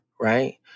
right